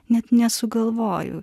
net nesugalvoju